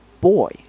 boy